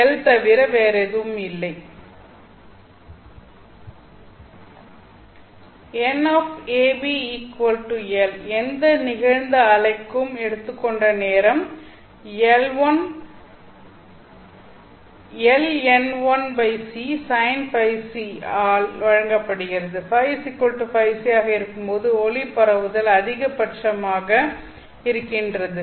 N L எந்த நிகழ்ந்தஅலைக்கும் எடுத்துக்கொண்ட நேரம் Ln1c sin ϕc ஆல் வழங்கப்படுகிறது ϕϕc ஆக இருக்கும்போது ஒளி பரவுதல் அதிகபட்சமாக இருக்கின்றது